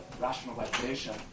rationalization